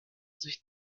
sich